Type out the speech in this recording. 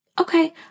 Okay